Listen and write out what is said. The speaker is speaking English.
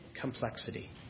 complexity